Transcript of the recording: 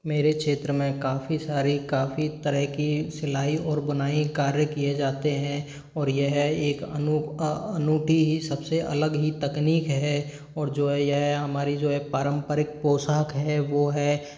मेरे क्षेत्र में काफ़ी सारी काफ़ी तरह की सिलाई और बुनाई कार्य किए जाते हैं और यह एक अनोखा अनूठी ही सबसे अलग ही तकनीक है और जो है ये है हमारी जो है पारंपरिक पोशाक है वो है